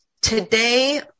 today